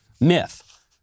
Myth